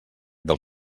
del